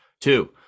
two